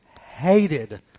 hated